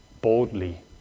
boldly